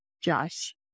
Josh